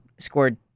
scored